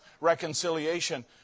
reconciliation